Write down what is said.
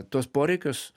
tuos poreikius